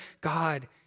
God